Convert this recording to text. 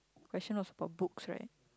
question also got books right